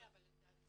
כן אבל לדעתי,